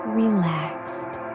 relaxed